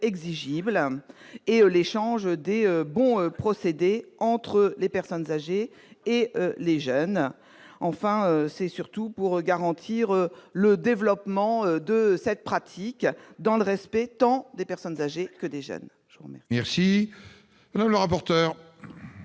exigible et l'échange des bons procédés entre la personne âgée et le jeune. Il s'agit surtout de garantir le développement de cette pratique, dans le respect tant des personnes âgées que des jeunes.